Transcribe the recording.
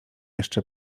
jeszcze